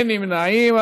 אין נמנעים.